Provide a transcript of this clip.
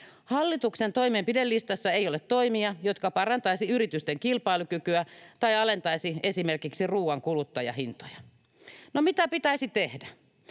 Hallituksen toimenpidelistassa ei ole toimia, jotka parantaisivat yritysten kilpailukykyä tai alentaisivat esimerkiksi ruuan kuluttajahintoja. No, mitä pitäisi tehdä?